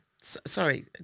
Sorry